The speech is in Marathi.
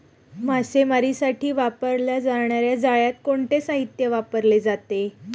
मासेमारीसाठी वापरल्या जाणार्या जाळ्यात कोणते साहित्य वापरले जाते?